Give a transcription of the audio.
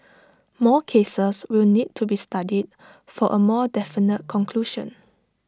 more cases will need to be studied for A more definite conclusion